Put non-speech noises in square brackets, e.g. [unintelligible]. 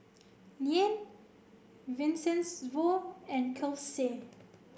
[unintelligible] Vincenzo and Kelsey